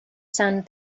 sand